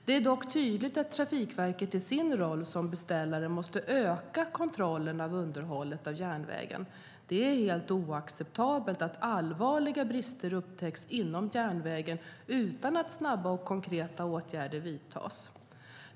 Det är dock tydligt att Trafikverket i sin roll som beställare måste öka kontrollen av underhållet av järnvägen. Det är helt oacceptabelt att allvarliga brister upptäcks inom järnvägen utan att snabba och konkreta åtgärder vidtas.